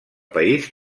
país